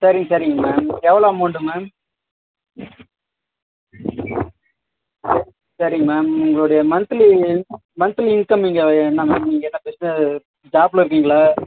சரி சரிங்க மேம் எவ்வளோ அமௌண்ட்டுங்க மேம் சரிங்க மேம் நீங்கள் ஒரு மன்த்லி இன் மன்த்லி இன்கம் நீங்கள் என்ன மேம் நீங்கள் என்ன பிஸ்ன ஜாப்பில் இருக்கீங்களா